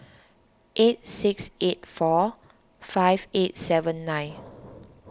eight six eight four five eight seven nine